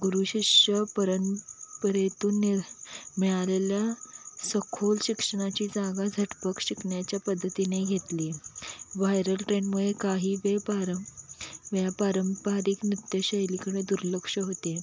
गुरु शिष्य परंपरेतून नि मिळालेल्या सखोल शिक्षणाची जागा झटपट शिकण्याच्या पद्धतीने घेतली व्हायरल ट्रेंडमुळे काही वेपारं व्या पारंपरिक नृत्यशैलीकडे दुर्लक्ष होते